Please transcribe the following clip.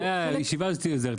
אולי הישיבה הזאת עוזרת.